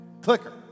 clicker